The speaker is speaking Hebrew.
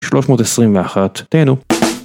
321, תהנו.